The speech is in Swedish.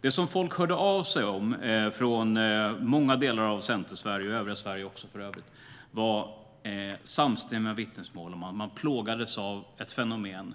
Det som folk hörde av sig om från många delar av Centersverige och även övriga Sverige gav samstämmiga vittnesmål om ett fenomen